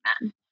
men